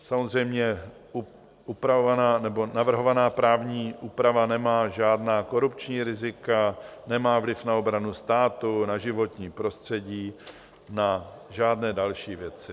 Samozřejmě navrhovaná právní úprava nemá žádná korupční rizika, nemá vliv na obranu státu, na životní prostředí, na žádné další věci.